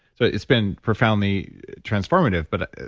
so, it's been profoundly transformative. but,